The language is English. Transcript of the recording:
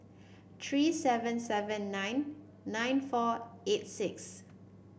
three seven seven nine nine four eight six